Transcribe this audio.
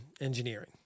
engineering